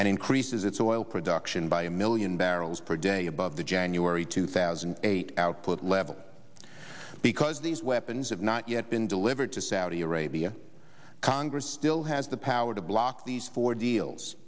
and increases its oil production by a million barrels per day above the january two thousand and eight output level because these weapons have not yet been delivered to saudi arabia congress still has the power to block these four deals